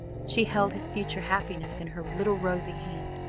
she held his future happiness in her little rosy hand,